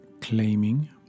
claiming